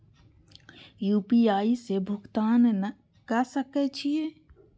UPI से भुगतान क सके छी?